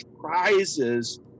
prizes